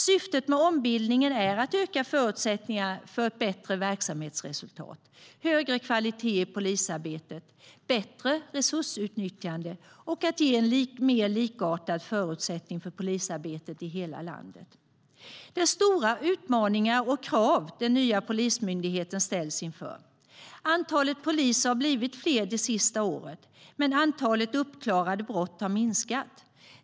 Syftet med ombildningen är att öka förutsättningarna för ett bättre verksamhetsresultat och högre kvalitet i polisarbetet, bättre resursutnyttjande och mer likartade förutsättningar för polisarbetet i hela landet. Det är stora utmaningar och krav den nya Polismyndigheten ställs inför. Antalet poliser har blivit större de senaste åren, men antalet uppklarade brott har minskat.